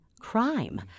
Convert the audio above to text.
crime